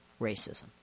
racism